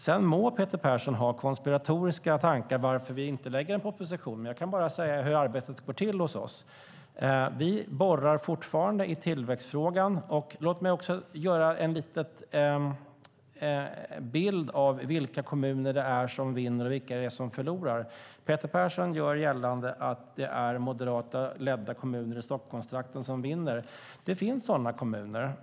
Sedan må Peter Persson ha konspiratoriska tankar om varför vi inte lägger fram en proposition. Jag kan bara tala om hur arbetet går till hos oss. Vi borrar fortfarande i tillväxtfrågan. Låt mig också ge en liten bild av vilka kommuner som vinner och vilka som förlorar. Peter Persson gör gällande att det är moderatledda kommuner i Stockholmstrakten som vinner. Ja, det finns sådana kommuner.